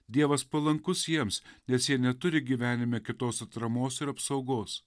dievas palankus jiems nes jie neturi gyvenime kitos atramos ir apsaugos